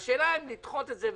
השאלה אם לדחות את זה.